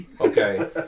Okay